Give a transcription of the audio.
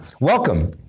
Welcome